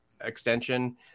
extension